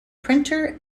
printer